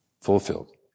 Fulfilled